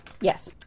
Yes